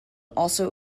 also